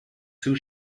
two